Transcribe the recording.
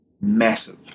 Massive